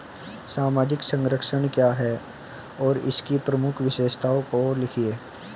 सामाजिक संरक्षण क्या है और इसकी प्रमुख विशेषताओं को लिखिए?